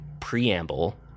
preamble